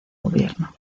gobierno